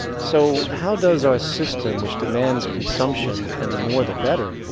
so how does our system, which demands consumption and the more the better,